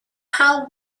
how